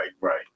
right